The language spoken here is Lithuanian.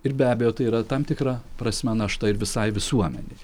ir be abejo tai yra tam tikra prasme našta ir visai visuomenei